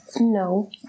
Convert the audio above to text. No